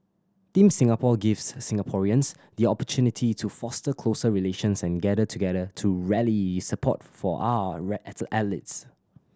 Team Singapore gives Singaporeans the opportunity to foster closer relations and gather together to rally support for our athletes